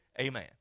amen